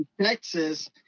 Texas